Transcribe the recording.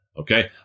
Okay